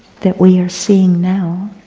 that we are seeing now,